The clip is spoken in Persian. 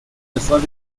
مثال